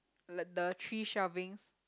like the three shelvings